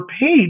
paid